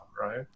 right